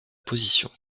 position